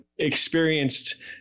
experienced